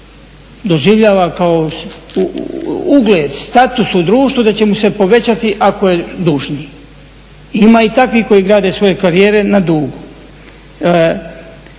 doživljava kao ugled, status u društvu da će mu se povećati ako je dužni. Ima i takvih koji grade svoje karijere na dugu.